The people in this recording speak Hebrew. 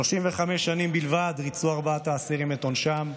35 שנים בלבד ריצו ארבעת האסירים את עונשם.